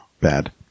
Bad